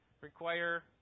require